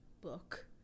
book